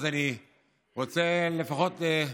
אז אני רוצה לפחות,